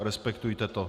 Respektujte to.